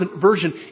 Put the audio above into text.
Version